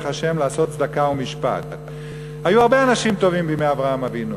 ה' לעשות צדקה ומשפט"; היו הרבה אנשים טובים בימי אברהם אבינו,